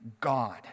God